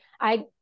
I-